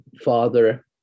father